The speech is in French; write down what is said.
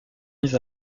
mis